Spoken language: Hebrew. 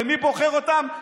ומי בוחר אותם?